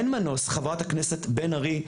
אין מנוס, חברת הכנסת, בן ארי,